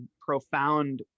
profound